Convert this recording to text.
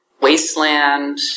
Wasteland